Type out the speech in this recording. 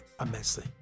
immensely